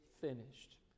finished